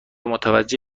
متوجه